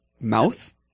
Mouth